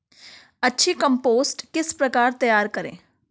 अच्छी कम्पोस्ट किस प्रकार तैयार करें?